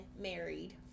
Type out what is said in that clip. married